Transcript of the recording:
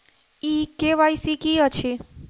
ई KYC की अछि?